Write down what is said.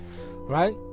right